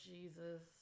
Jesus